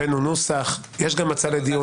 הבאנו נוסח, יש גם הצעה לדיון.